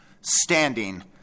standing